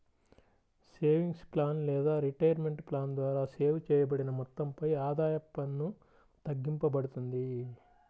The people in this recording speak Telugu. సేవింగ్స్ ప్లాన్ లేదా రిటైర్మెంట్ ప్లాన్ ద్వారా సేవ్ చేయబడిన మొత్తంపై ఆదాయ పన్ను తగ్గింపబడుతుంది